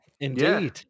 indeed